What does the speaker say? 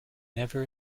never